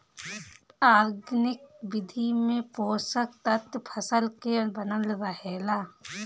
organic विधि में पोषक तत्व फसल के बनल रहेला